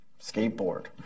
skateboard